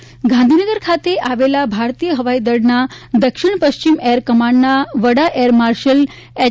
હવાઇદળ વડસર ગાંધીનગર ખાતે આવેલા ભારતીય હવાઇદળના દક્ષિણ પશ્ચિમ એરકમાન્ડના વડા એરમાર્શલ એચ